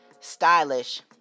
stylish